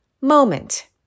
moment